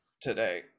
today